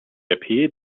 appeared